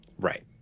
right